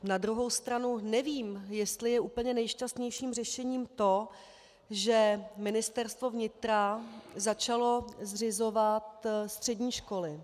Na druhou stranu nevím, jestli je úplně nejšťastnějším řešením to, že Ministerstvo vnitra začalo zřizovat střední školy.